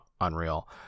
unreal